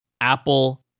Apple